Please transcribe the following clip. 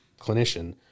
clinician